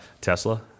Tesla